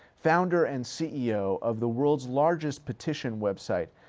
founder and ceo of the world's largest petition website,